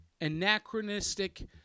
anachronistic